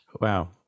wow